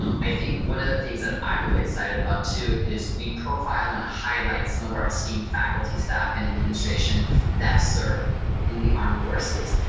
um i think one of the things that i'm really excited about too, is we profile and highlight some of our esteemed faculty, staff, and administration that's served in the armed forces.